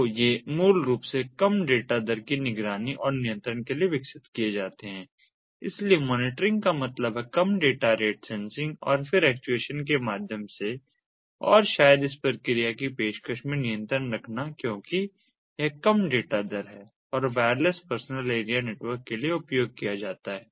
तो ये मूल रूप से कम डेटा दर की निगरानी और नियंत्रण के लिए विकसित किए जाते हैं इसलिए मॉनिटरिंग का मतलब है कम डेटा रेट सेंसिंग और फिर एक्चुएशन के माध्यम से और शायद इस प्रक्रिया की पेशकश में नियंत्रण रखना क्योंकि यह कम डेटा दर है और वायरलेस पर्सनल एरिया नेटवर्क के लिए उपयोग किया जाता है